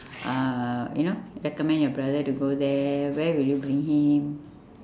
uh you know recommend your brother to go there where will you bring him